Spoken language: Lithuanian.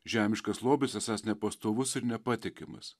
žemiškas lobis esąs nepastovus ir nepatikimas